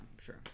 sure